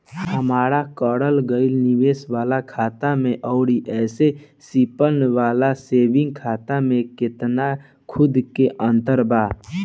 हमार करल गएल निवेश वाला खाता मे आउर ऐसे सिंपल वाला सेविंग खाता मे केतना सूद के अंतर बा?